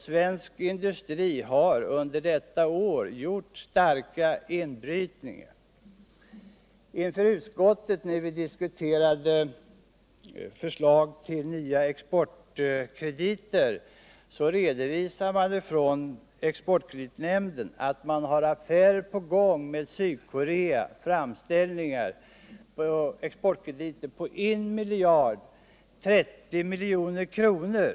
Svensk industri har under detta år gjort starka inbrytningar. När vi diskuterade förslaget till exportkrediter redovisade exportkreditnämnden för utskottet att man när det gäller Sydkorea har framställningar om exportkrediter på 1 030 milj.kr.